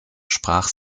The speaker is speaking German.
sprach